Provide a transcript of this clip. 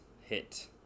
hit